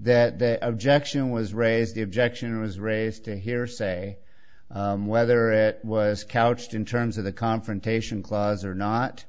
that the objection was raised the objection was raised to hearsay whether it was couched in terms of the confrontation clause or not